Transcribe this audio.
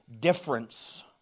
difference